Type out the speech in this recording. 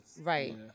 Right